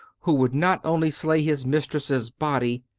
who would not only slay his mistress's body,